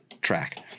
Track